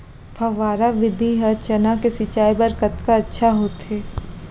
फव्वारा विधि ह चना के सिंचाई बर कतका अच्छा होथे?